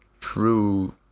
true